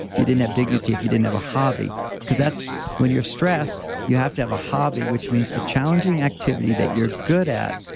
you didn't have dignity if you didn't have a hobby because when you're stressed, you have to have a hobby, which means a challenging activity that you're good at.